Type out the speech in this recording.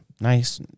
Nice